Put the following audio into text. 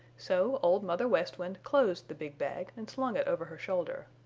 so old mother west wind closed the big bag and slung it over her shoulder.